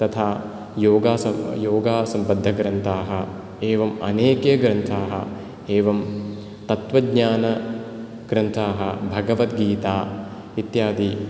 तथा योगा सम्बद्ध ग्रन्थाः एवम् अनेके ग्रन्थाः एवं तत्वज्ञान ग्रन्थाः भगवद् गीता इत्यादि